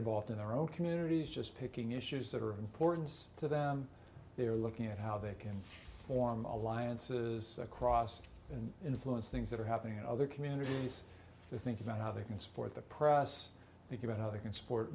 involved in their own communities just picking issues that are important to them they're looking at how they can form alliances across and influence things that are happening in other communities to think about how they can support the process think about how they can support